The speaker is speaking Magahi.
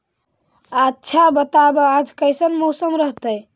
आच्छा बताब आज कैसन मौसम रहतैय?